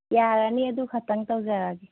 ꯌꯥꯔꯅꯤ ꯑꯗꯨꯈꯛꯇꯪ ꯇꯧꯖꯔꯒꯦ